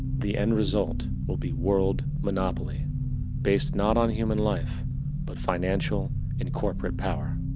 the end result will be world monopoly based not on human life but financial and corporate power.